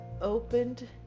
opened